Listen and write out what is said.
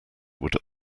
would